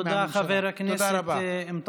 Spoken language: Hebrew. תודה רבה.